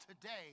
today